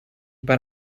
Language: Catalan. per